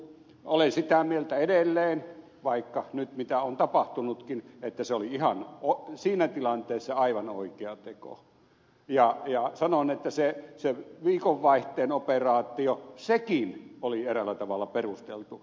olen sitä mieltä edelleen vaikka mitä nyt on tapahtunutkin että se oli siinä tilanteessa aivan oikea teko ja sanon että se viikonvaihteen operaatio sekin oli eräällä tavalla perusteltu